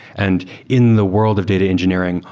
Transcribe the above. and in the world of data engineering,